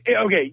Okay